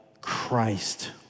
Christ